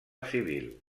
civil